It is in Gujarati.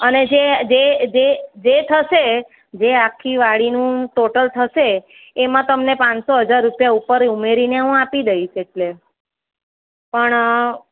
અને જે જે જે જે થશે જે આખી વાડીનું ટોટલ થશે એમાં તમને પાંચસો હજાર રૂપિયા ઉપર ઉમેરીને હું આપી દઈશ એટલે પણ